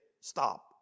stop